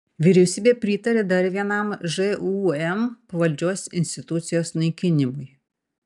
vyriausybė pritarė dar vienam žūm pavaldžios institucijos naikinimui